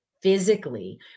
Physically